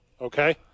Okay